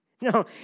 No